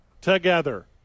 together